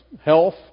health